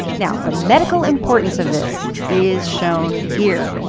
now the medical importance of this is shown here.